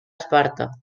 esparta